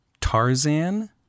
Tarzan